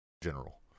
general